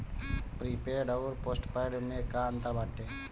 Prepaid अउर postpaid में का अंतर बाटे?